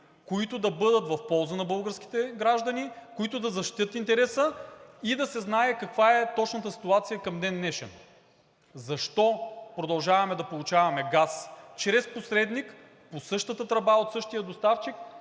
които да бъдат в полза на българските граждани, които да защитят интереса, и да се знае каква е точната ситуация към ден днешен – защо продължаваме да получаваме газ чрез посредник по същата тръба, от същия доставчик